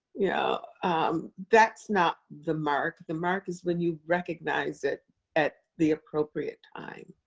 yeah um that's not the mark, the mark is when you recognize it at the appropriate time.